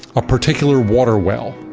a particular water well.